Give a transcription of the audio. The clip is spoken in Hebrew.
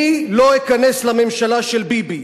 אני לא אכנס לממשלה של ביבי,